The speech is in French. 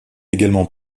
également